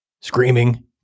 screaming